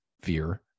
fear